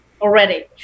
already